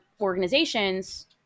organizations